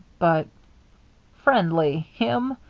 but friendly! him!